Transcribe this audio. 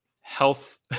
health